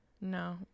no